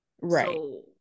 right